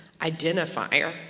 identifier